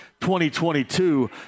2022